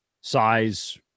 Size